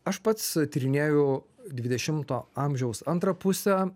aš pats tyrinėju dvidešimto amžiaus antrą pusę